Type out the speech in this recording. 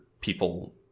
people